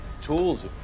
tools